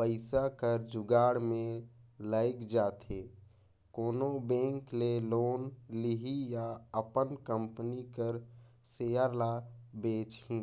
पइसा कर जुगाड़ में लइग जाथे कोनो बेंक ले लोन लिही या अपन कंपनी कर सेयर ल बेंचही